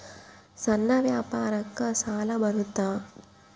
ಸಣ್ಣ ವ್ಯಾಪಾರಕ್ಕ ಸಾಲ ಬರುತ್ತಾ?